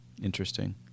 Interesting